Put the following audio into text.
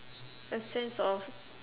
a sense of